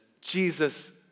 Jesus